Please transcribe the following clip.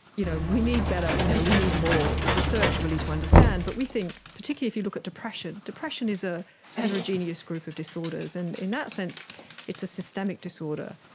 you know we need but you know we need more research really to understand, but we think, particularly if you look at depression, depression is a heterogeneous group of disorders, and in that sense it's a systemic disorder,